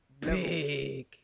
Big